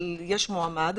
אבל יש מועמד.